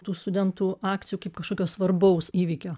tų studentų akcijų kaip kažkokio svarbaus įvykio